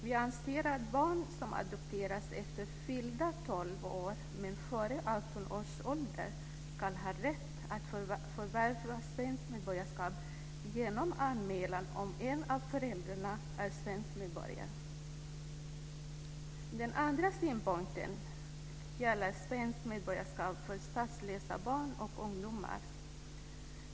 Vi anser att barn som adopteras efter fyllda 12 år men före 18 års ålder ska ha rätt att förvärva svenskt medborgarskap genom anmälan om att en av föräldrarna är svensk medborgare. Den andra synpunkten gäller svenskt medborgarskap för statslösa barn och ungdomar.